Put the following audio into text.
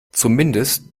zumindest